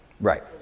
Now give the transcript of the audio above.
Right